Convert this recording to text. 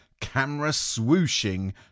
camera-swooshing